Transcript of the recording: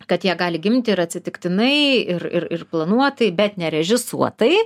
kad jie gali gimti ir atsitiktinai ir ir ir planuotai bet nerežisuotai